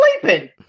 sleeping